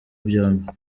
byombi